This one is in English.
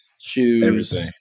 shoes